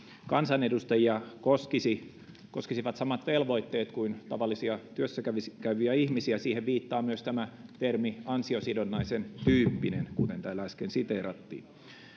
kansanedustajia koskisivat koskisivat samat velvoitteet kuin tavallisia työssä käyviä ihmisiä siihen viittaa myös tämä termi ansiosidonnaisen tyyppinen kuten täällä äsken siteerattiin